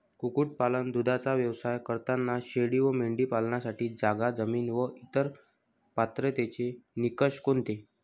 कुक्कुटपालन, दूधाचा व्यवसाय करताना शेळी व मेंढी पालनासाठी जागा, जमीन व इतर पात्रतेचे निकष कोणते?